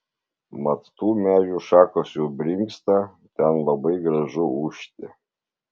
mat tų medžių šakos jau brinksta ten labai gražu ūžti